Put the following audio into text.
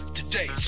today